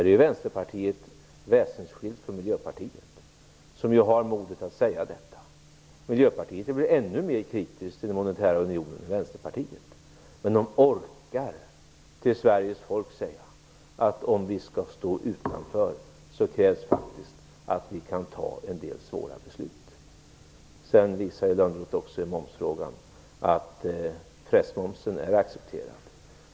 Här är Vänsterpartiet väsensskilt från Miljöpartiet, som ju har modet att säga detta. Miljöpartiet är väl ännu mer kritiskt till den monetära unionen än Vänsterpartiet. Men de orkar till Sveriges folk säga att om vi skall stå utanför, så krävs det faktiskt att vi kan fatta en del svåra beslut. Sedan visade Lönnroth också i momsfrågan att pressmomsen är accepterad.